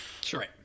Sure